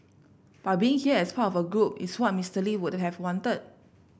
but being here as part of a group is what Mister Lee would have wanted